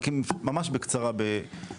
רק ממש בקצרה בבקשה.